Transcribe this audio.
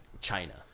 China